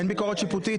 אין ביקורת משפטית.